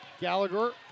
Gallagher